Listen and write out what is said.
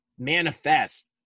manifest